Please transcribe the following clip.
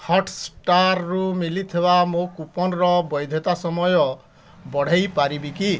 ହଟ୍ସଷ୍ଟାର୍ରୁ ମିଲିଥିବା ମୋ କୁପନ୍ର ବୈଧତା ସମୟ ବଢ଼ାଇ ପାରିବି କି